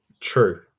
True